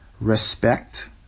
respect